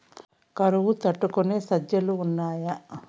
కరువు తట్టుకునే సజ్జలు ఉన్నాయా